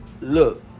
look